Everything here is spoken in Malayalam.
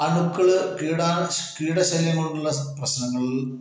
അണുക്കള് കീടാണു കീടശല്യങ്ങള് കൊണ്ടുള്ള പ്രശ്നങ്ങള്